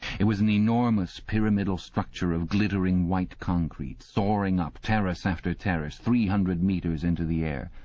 it was an enormous pyramidal structure of glittering white concrete, soaring up, terrace after terrace, three hundred metres into the air.